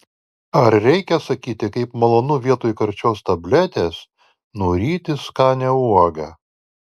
ar reikia sakyti kaip malonu vietoj karčios tabletės nuryti skanią uogą